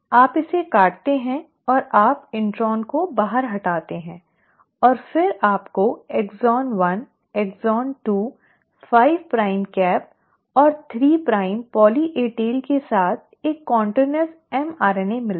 आप इसे काटते हैं और आप इंट्रॉन को बाहर हटाते हैं और फिर आपको एक्सॉन 1 एक्सॉन 2 5 प्राइम कैप और 3 प्राइम पॉली ए टेल के साथ एक निरंतर एमआरएनए मिलता है